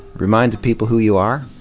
remind people who you are.